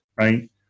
right